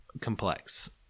complex